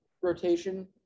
rotation